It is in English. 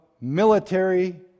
military